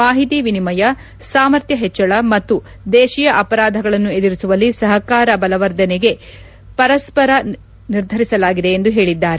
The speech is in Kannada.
ಮಾಹಿತಿ ವಿನಿಮಯ ಸಾಮರ್ಥ್ನ ಹೆಚ್ಲಳ ಮತ್ತು ದೇತಿಯ ಅಪರಾಧಗಳನ್ನು ಎದುರಿಸುವಲ್ಲಿ ಸಹಕಾರ ಬಲವರ್ಧನೆಗೆ ಪರಸ್ಪರ ನಿರ್ಧರಿಸಲಾಗಿದೆ ಎಂದು ಹೇಳಿದ್ದಾರೆ